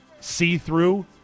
see-through